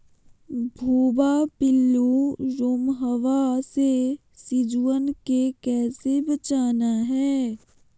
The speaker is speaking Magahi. भुवा पिल्लु, रोमहवा से सिजुवन के कैसे बचाना है?